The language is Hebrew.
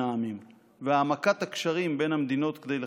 העמים והעמקת הקשרים בין המדינות כדי לחזקו.